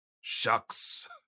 Shucks